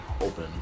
open